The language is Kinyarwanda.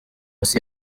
hasi